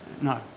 no